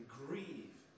grieve